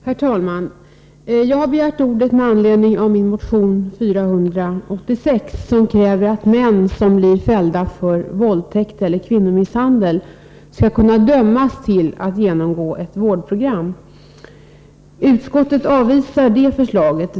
Herr talman! Jag har begärt ordet med anledning av min motion 486, där det krävs att män som blir fällda för våldtäkt eller kvinnomisshandel skall kunna dömas till att genomgå ett vårdprogram. Utskottet avvisar förslaget.